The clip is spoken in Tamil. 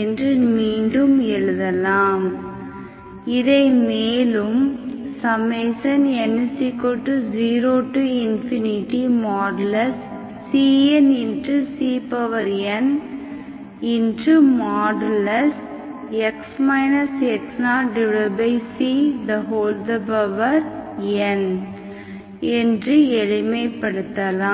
என்று மீண்டும் எழுதலாம் இதை மேலும் n 0|cncn|x x0cn என்று எளிமைப்படுத்தலாம்